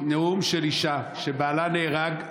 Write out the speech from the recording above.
נאום של אישה שבעלה נהרג,